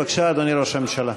בבקשה, אדוני ראש הממשלה.